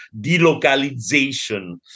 delocalization